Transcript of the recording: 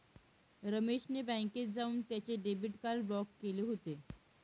रमेश ने बँकेत जाऊन त्याचे डेबिट कार्ड ब्लॉक केले होते